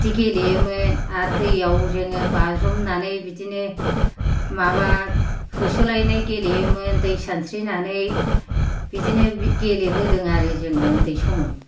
बिदि गेलेयोमोन आरो दैयाव जोङो बाज्रुमनानै बिदिनो माबा होसोलायनाय गेलेयोमोन दै सानस्रिनानै बिदिनो गेलेबोदों आरो जोङो उन्दै समाव